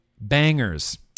bangers